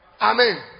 Amen